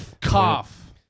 cough